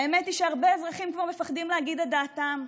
האמת היא שהרבה אזרחים כבר מפחדים להגיד את דעתם.